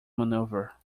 maneuver